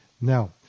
Now